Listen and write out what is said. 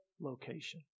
location